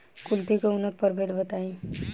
कुलथी के उन्नत प्रभेद बताई?